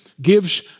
Gives